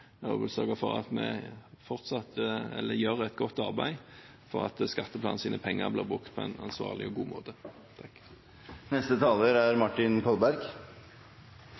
og vil sørge for at vi gjør et godt arbeid for at skattebetalernes penger blir brukt på en ansvarlig og god måte.